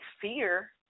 fear